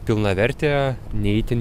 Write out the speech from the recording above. pilnavertė ne itin